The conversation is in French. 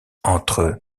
entre